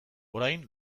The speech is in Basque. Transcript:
orain